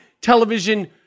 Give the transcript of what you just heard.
television